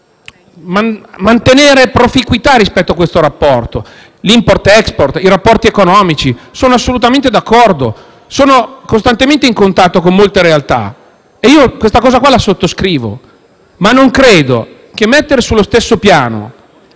mantenere proficuità rispetto a questo rapporto. Sull'*import-export* e sui rapporti economici sono assolutamente d'accordo; sono costantemente in contatto con molte realtà e sottoscrivo questa cosa. Ma non credo che mettere sullo stesso piano